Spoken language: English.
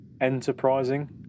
enterprising